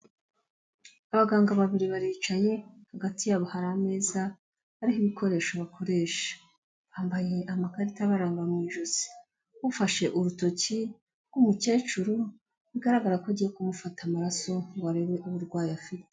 Abaganga babiri baricaye hagati yabo hari ameza ariho ibikoresho bakoresha, bambaye amakarita abaranga mu ijosi, ufashe urutoki rw'umukecuru bigaragara ko ugiyefata amaraso ngo arebe uburwayi afite.